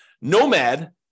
Nomad